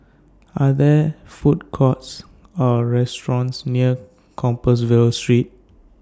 Are There Food Courts Or restaurants near Compassvale Street